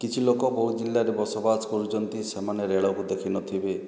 କିଛି ଲୋକ ବୌଦ୍ଧ ଜିଲ୍ଲାରେ ବସବାସ କରୁଛନ୍ତି ସେମାନେ ରେଳ କୁ ଦେଖି ନଥିବେ